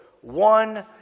one